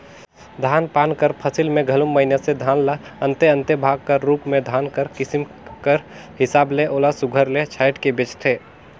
धान पान कर फसिल में घलो मइनसे धान ल अन्ते अन्ते भाग कर रूप में धान कर किसिम कर हिसाब ले ओला सुग्घर ले छांएट के बेंचथें